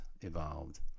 evolved